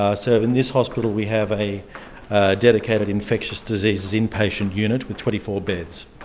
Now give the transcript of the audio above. ah so in this hospital we have a dedicated infectious diseases in-patient unit with twenty four beds.